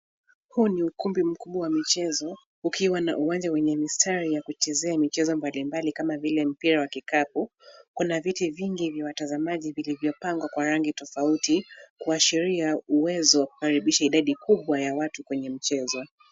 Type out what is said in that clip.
Huu ni ukumbi mkubwa wa michezo , ukiwa na uwanja wenye mistari ya kuchezea michezo mbali mbali kama vile mpira wa kikapu. Kuna viti vingi vya watazamaji vilivyopangwa kwa rangi tofauti, kuashiria uwezo wa kukaribisha idadi kubwa ya watu kwenye mchezo.